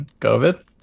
COVID